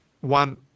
one